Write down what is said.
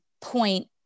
point